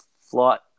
flight